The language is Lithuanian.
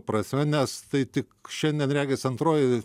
prasme nes tai tik šiandien regis antroji